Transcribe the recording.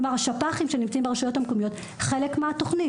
השפ"חים שנמצאים ברשויות המקומיות חלק מהתוכנית.